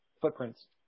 Footprints